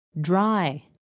Dry